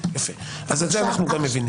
יפה, אז את זה אנחנו גם מבינים.